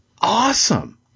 awesome